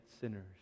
sinners